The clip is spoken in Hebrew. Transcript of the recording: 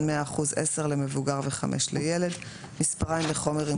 100% 10 מסכות למבוגר ו-5 מסיכות לילד מספריים לחומר עם